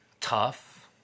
tough